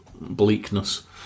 bleakness